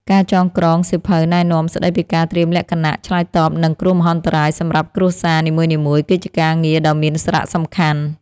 ការចងក្រងសៀវភៅណែនាំស្តីពីការត្រៀមលក្ខណៈឆ្លើយតបនឹងគ្រោះមហន្តរាយសម្រាប់គ្រួសារនីមួយៗគឺជាការងារដ៏មានសារៈសំខាន់។